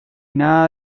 nada